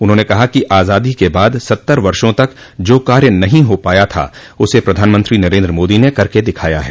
उन्होंने कहा कि आजादी के बाद सत्तर वर्षो तक जो कार्य नहीं हो पाया था उसे प्रधानमंत्री नरेन्द्र मोदी ने करके दिखाया है